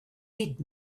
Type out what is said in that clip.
did